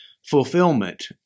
fulfillment